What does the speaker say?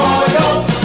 Royals